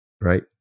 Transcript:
right